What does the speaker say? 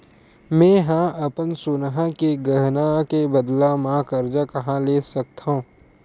मेंहा अपन सोनहा के गहना के बदला मा कर्जा कहाँ ले सकथव?